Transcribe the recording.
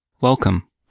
Welcome